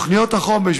תוכניות החומש,